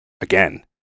again